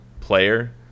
player